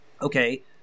Okay